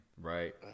right